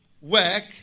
work